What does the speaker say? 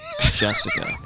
Jessica